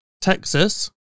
Texas